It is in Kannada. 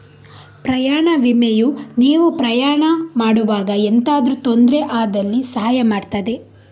ಪ್ರಯಾಣ ವಿಮೆಯು ನೀವು ಪ್ರಯಾಣ ಮಾಡುವಾಗ ಎಂತಾದ್ರೂ ತೊಂದ್ರೆ ಆದಲ್ಲಿ ಸಹಾಯ ಮಾಡ್ತದೆ